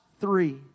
three